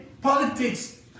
politics